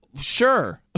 sure